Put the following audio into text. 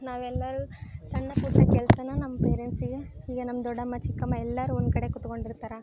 ನಾವೆಲ್ಲರೂ ಸಣ್ಣ ಪುಟ್ಟ ಕೆಲಸನ ನಮ್ಮ ಪೇರೆಂಟ್ಸಿಗೆ ಈಗ ನಮ್ಮ ದೊಡ್ಡಮ್ಮ ಚಿಕ್ಕಮ್ಮ ಎಲ್ಲರೂ ಒಂದು ಕಡೆ ಕೂತ್ಕೊಂಡಿರ್ತಾರೆ